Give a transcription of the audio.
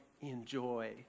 enjoy